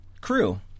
crew